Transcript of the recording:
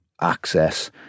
access